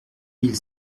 mille